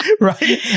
Right